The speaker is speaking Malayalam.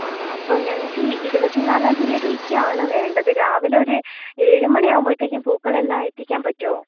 ആ അപ്പോൾ ഞങ്ങൾക്ക് ഇരുപത്തിനാലാം തീയതിക്കാണ് വേണ്ടത് രാവിലെ ഒരു ഏഴുമണി ആകുമ്പോഴത്തേക്കും പൂക്കളെല്ലാം എത്തിക്കാൻ പറ്റുമോ